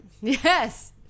Yes